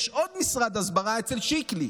יש עוד משרד הסברה אצל שיקלי.